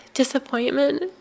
disappointment